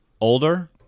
Older